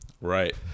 Right